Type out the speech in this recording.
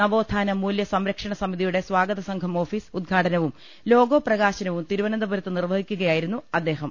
നവോത്ഥാന മൂല്യ സംരക്ഷണസമിതിയുടെ സ്വാഗതസംഘം ഓഫീസ് ഉദ്ഘാടനവും ലോഗോ പ്രകാശനവും തിരുവനന്തപുരത്ത് നിർവഹിക്കുകയായിരുന്നു അദ്ദേഹം